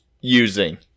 using